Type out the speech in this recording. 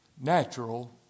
Natural